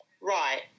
right